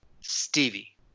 Stevie